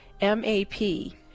M-A-P